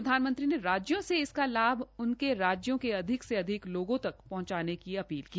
प्रधानमंत्री ने राज्यों से इसका लाभ उनके राज्यों के अधिक से अधिक लोगों तक पहंचाने की अपील की